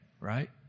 right